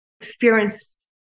experience